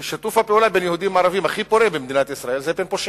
שיתוף הפעולה בין יהודים לערבים הכי פורה במדינת ישראל זה בין פושעים.